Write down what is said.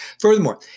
Furthermore